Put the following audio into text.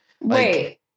Wait